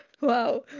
Wow